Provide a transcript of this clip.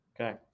Okay